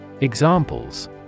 Examples